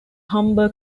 humber